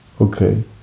okay